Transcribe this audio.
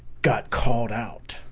got called out